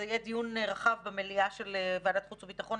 זה יהיה דיון רחב במליאה של ועדת החוץ והביטחון,